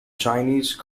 chinese